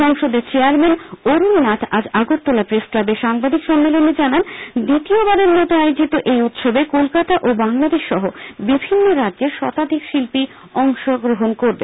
সংসদের চেয়ারম্যান অরুণ নাথ আজ আগরতলা প্রেস ক্লাবে সাংবাদিক সম্মেলনে জানান দ্বিতীয়বারের মতো আয়োজিত এই উৎসবে কলকাতা ও বাংলাদেশ সহ বিভিন্ন রাজ্যের শতাধিক শিল্পী অংশ নেবেন